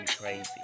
crazy